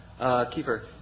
Kiefer